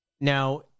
Now